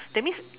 that means